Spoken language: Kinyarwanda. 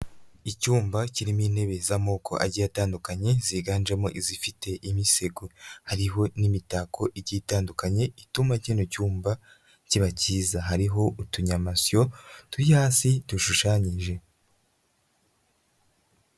Icyumba kirimo intebe z'amoko agiye atandukanye ziganjemo izifite imisego, hariho n'imitako igiye itandukanye ituma kino cyumba kiba cyiza hariho utunyamasyo turi hasi dushushanyije.